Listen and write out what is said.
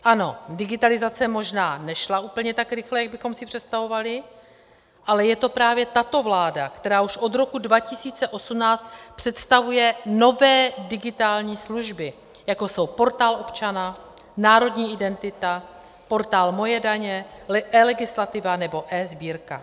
Ano, digitalizace možná nešla úplně tak rychle, jak bychom si představovali, ale je to právě tato vláda, která už od roku 2018 představuje nové digitální služby, jako jsou Portál občana, Národní identita, portál Moje daně, eLegislativa nebo eSbírka.